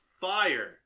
fire